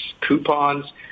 coupons